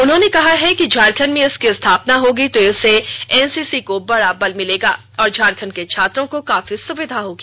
उन्होंने कहा है कि झारखंड में इसकी स्थापना होगी तो इससे एनसीसी को बड़ा बल मिलेगा और झारखंड के छात्रों को काफी सुविधा होगी